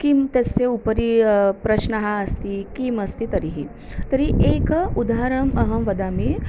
किं तस्य उपरि प्रश्नः अस्ति किमस्ति तर्हि तर्हि एकम् उदाहरणम् अहं वदामि